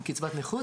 עם קצבת נכות,